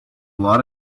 lot